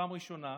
פעם ראשונה,